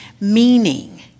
meaning